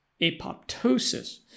apoptosis